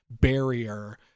barrier